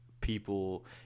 people